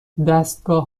دستگاه